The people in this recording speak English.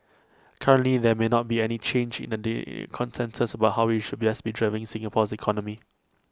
currently there may not be any change in the day consensus about how we should best be driving Singapore's economy